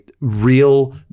real